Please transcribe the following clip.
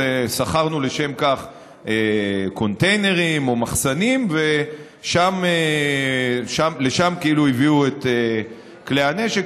שכרנו לשם כך קונטיינרים או מחסנים ולשם הביאו את כלי הנשק.